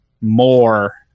more